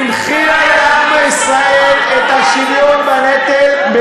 היא הנחילה לעם בישראל את השוויון בנטל,